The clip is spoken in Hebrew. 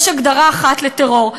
יש הגדרה אחת לטרור,